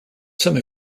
some